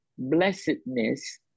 Blessedness